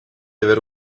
avere